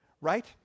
Right